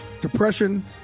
Depression